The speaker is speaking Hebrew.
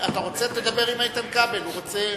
אתה רוצה, תדבר עם איתן כבל, הוא רוצה,